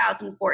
2014